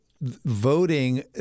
voting